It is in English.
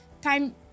time